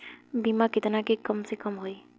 बीमा केतना के कम से कम होई?